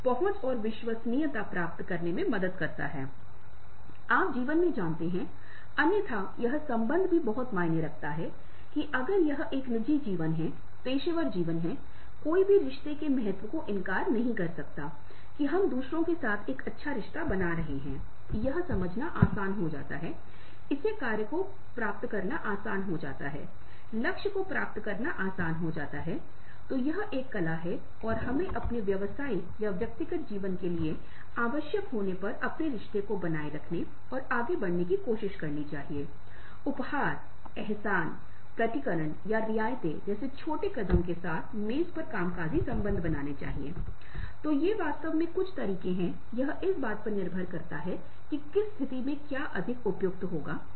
इसके अलावा हमें स्वयंसेवक सेवा के लिए समुदाय तक पहुंचना है और आंतरिक आनंद का अनुभव करना है इसलिए ये सभी जब हम कहते हैं कि संगठन में कार्य के क्षेत्र से परे हैं जिसका अर्थ है कि व्यक्ति कर सकता है संभव है कि व्यक्ति घर और काम पर संतुष्टि और अच्छे कामकाज के लिए समान समय गुणवत्ता समय दे सकेगा